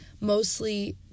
mostly